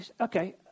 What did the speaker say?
Okay